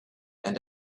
and